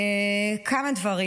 כמה דברים.